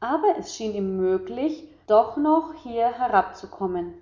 aber es schien ihm möglich doch noch hier herabzukommen